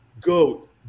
Goat